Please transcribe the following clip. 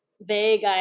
vague